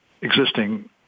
existing